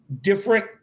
different